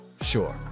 sure